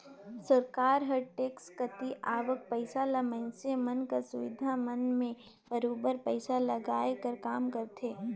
सरकार हर टेक्स कती आवक पइसा ल मइनसे मन कर सुबिधा मन में बरोबेर पइसा लगाए कर काम करथे